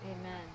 amen